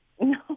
No